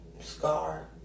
scar